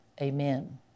amen